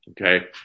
Okay